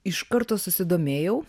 iš karto susidomėjau